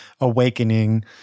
awakening